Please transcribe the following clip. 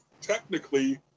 technically